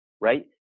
right